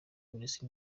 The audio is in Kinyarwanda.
polisi